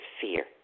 fear